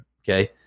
Okay